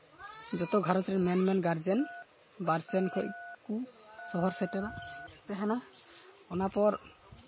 ᱡᱚᱛ ᱜᱷᱟᱨᱚᱸᱡᱽ ᱨᱮᱱ ᱢᱮᱱ ᱢᱮᱱ ᱜᱟᱨᱡᱮᱱ ᱵᱟᱨᱥᱮᱫ ᱠᱷᱚᱱ ᱥᱚᱦᱚᱨ ᱥᱮᱴᱮᱨ ᱠᱚ ᱛᱟᱦᱮᱱᱟ ᱚᱱᱟ ᱯᱚᱨ